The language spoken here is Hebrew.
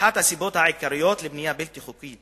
אחת הסיבות העיקריות לבנייה בלתי חוקית,